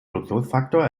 produktionsfaktor